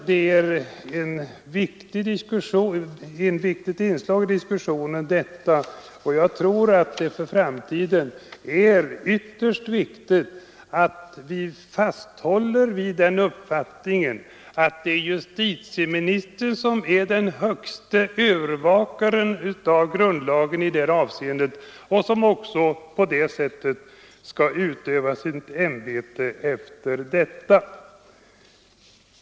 Detta är ett viktigt inslag i diskussionen. Jag tror att det för framtiden är ytterst viktigt att vi fasthåller vid uppfattningen att justitieministern är den högste övervakaren av grundlagen i detta avseende och skall utöva sitt ämbete i enlighet därmed.